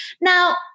Now